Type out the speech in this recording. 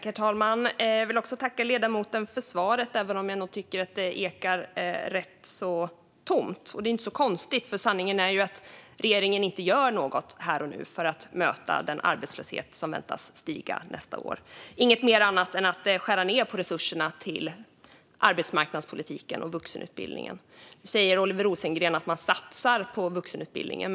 Herr talman! Jag vill tacka ledamoten för svaret, även om jag nog tycker att det ekar rätt tomt. Det är inte så konstigt, för sanningen är ju att regeringen inte gör något här och nu för att möta den arbetslöshet som väntas stiga nästa år, inget annat än att skära ned på resurserna till arbetsmarknadspolitiken och vuxenutbildningen. Nu säger Oliver Rosengren att man satsar på vuxenutbildningen.